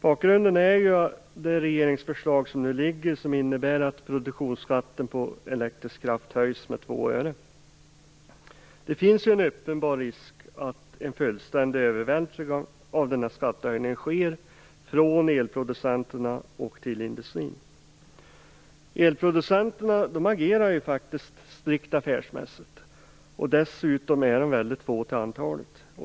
Bakgrunden är det regeringsförslag som nu ligger och som innebär att produktionsskatten på elektrisk kraft höjs med 2 öre. Det finns en uppenbar risk för en fullständig övervältring av denna skattehöjning från elproducenterna till industrin. Elproducenterna agerar faktiskt strikt affärsmässigt. Dessutom är de väldigt få till antalet.